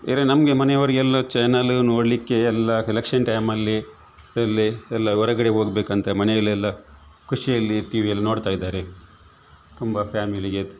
ಬೇರೆ ನಮಗೆ ಮನೆಯವರಿಗೆಲ್ಲ ಚ್ಯಾನಲ್ ನೋಡಲಿಕ್ಕೆ ಎಲ್ಲಾ ಎಲೆಕ್ಷನ್ ಟೈಮಲ್ಲಿ ಅಲ್ಲಿ ಎಲ್ಲ ಹೊರ್ಗಡೆ ಹೋಗ್ಬೇಕಂತ ಮನೆಯಲ್ಲೆಲ್ಲಾ ಖುಷಿಯಲ್ಲಿ ಟಿ ವಿಯಲ್ಲಿ ನೋಡ್ತಾ ಇದ್ದಾರೆ ತುಂಬ ಫ್ಯಾಮಿಲಿಗೆ